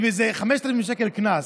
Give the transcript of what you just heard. עם איזה 5,000 שקל קנס.